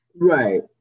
Right